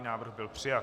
Návrh byl přijat.